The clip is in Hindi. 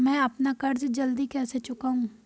मैं अपना कर्ज जल्दी कैसे चुकाऊं?